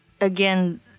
again